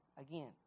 again